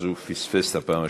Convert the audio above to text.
אז הוא פספס את הפעם השנייה.